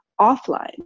offline